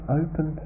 open